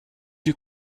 you